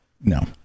No